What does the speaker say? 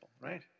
right